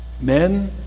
Men